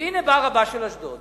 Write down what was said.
והנה בא רבה של אשדוד